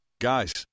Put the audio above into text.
Guys